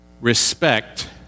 respect